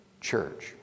church